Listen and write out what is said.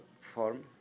form